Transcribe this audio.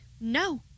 No